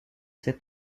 ces